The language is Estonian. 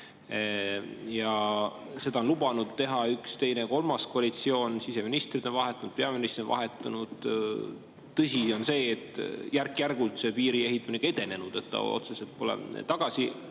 Seda on lubanud teha üks-teine-kolmas koalitsioon, siseministrid on vahetunud, peaministrid on vahetunud. Tõsi on see, et järk-järgult on piiri ehitamine ka edenenud, otseselt tagasikäiku